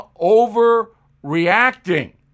overreacting